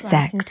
Sex